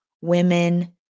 women